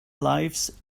lives